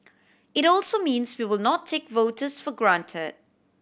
it also means we will not take voters for granted